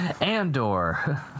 Andor